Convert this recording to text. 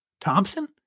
Thompson